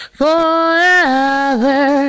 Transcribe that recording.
forever